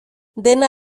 dena